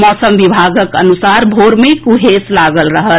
मौसम विभागक अनुसार भोर मे कुहेस लागल रहत